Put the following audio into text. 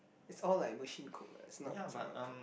it's all like machine cook lah it's not like someone cook